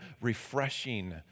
refreshing